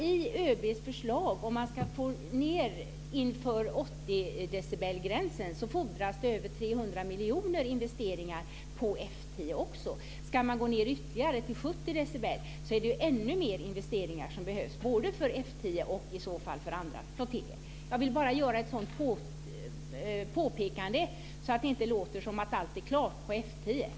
I ÖB:s förslag fordras det, inför 80-decibelgränsen över 300 miljoner kronor i investeringar på F 10 också. Ska man gå ned ytterligare, till 70 decibel, behövs ännu mer investeringar både för F 10 och, i så fall, för andra flottiljer. Jag vill göra det påpekandet för att det inte ska låta som att allt är klart beträffande